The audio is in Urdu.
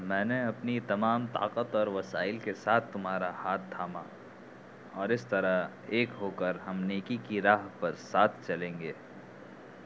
میں نے اپنی تمام طاقت اور وسائل کے ساتھ تمہارا ہاتھ تھاما اور اس طرح ایک ہو کر ہم نیکی کی راہ پر ساتھ چلیں گے